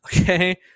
Okay